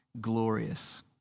glorious